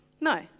No